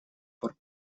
пор